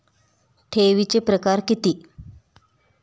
ठेवीचे प्रकार किती?